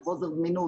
על חוסר זמינות,